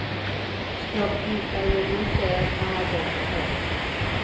stock की इकाइयों को शेयर कहा जाता है